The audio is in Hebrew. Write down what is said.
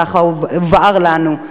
כך הובהר לנו,